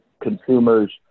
consumers